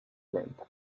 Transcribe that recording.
lenta